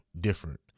different